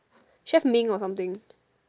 chef Ming or something